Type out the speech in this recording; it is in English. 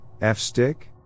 f-stick